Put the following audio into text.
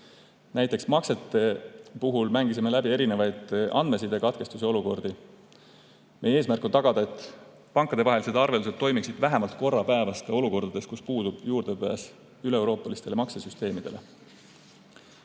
Näiteks maksete puhul mängisime läbi erinevaid andmesidekatkestuse olukordi. Meie eesmärk on tagada, et pankadevahelised arveldused toimiksid vähemalt korra päevas ka olukordades, kus puudub juurdepääs üleeuroopalistele maksesüsteemidele.